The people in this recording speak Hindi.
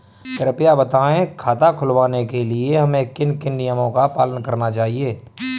कृपया बताएँ खाता खुलवाने के लिए हमें किन किन नियमों का पालन करना चाहिए?